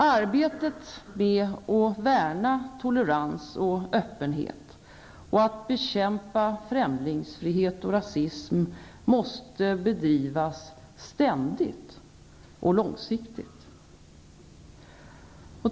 Arbetet med att värna tolerans och öppenhet och att bekämpa främlingsfientlighet och rasism måste bedrivas ständigt och långsiktigt.